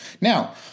Now